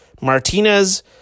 Martinez